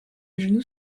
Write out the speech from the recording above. genou